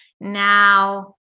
Now